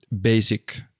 basic